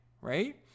right